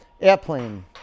Airplane